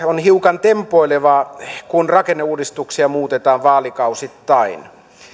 on hieman tempoilevaa kun rakenneuudistuksia muutetaan vaalikausittain